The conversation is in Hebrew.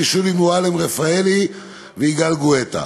שולי מועלם-רפאלי ויגאל גואטה.